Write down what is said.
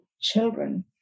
children